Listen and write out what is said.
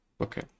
Okay